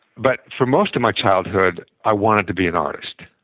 but for most of my childhood, i wanted to be an artist.